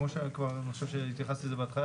כמו שכבר התייחסתי לזה בהתחלה,